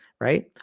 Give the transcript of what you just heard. right